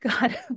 God